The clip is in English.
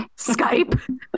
skype